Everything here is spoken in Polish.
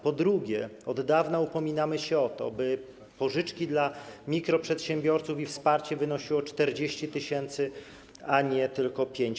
Po drugie, od dawna upominamy się o to, by pożyczki dla mikroprzedsiębiorców i wsparcie wynosiły 40 tys., a nie tylko 5.